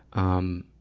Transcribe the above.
um,